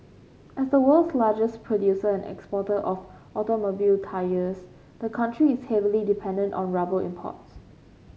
as the world's largest producer and exporter of automobile tyres the country is heavily dependent on rubber imports